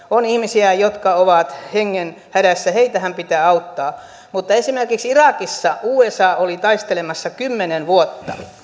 on ihmisiä jotka ovat hengenhädässä heitähän pitää auttaa mutta esimerkiksi irakissa usa oli taistelemassa kymmenen vuotta